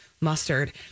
mustard